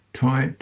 tight